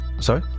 Sorry